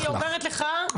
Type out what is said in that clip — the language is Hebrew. אני אומרת לך,